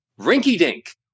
rinky-dink